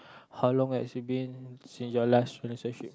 how long has it been since your last relationship